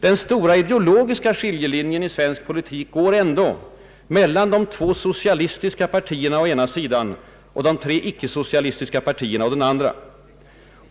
Den stora ideologiska skiljelinjen i svensk politik går ändå mellan de två socialistiska partierna å ena sidan och de tre icke-socialistiska å den andra.